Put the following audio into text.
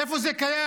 איפה זה קיים?